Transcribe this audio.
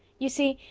you see,